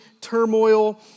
turmoil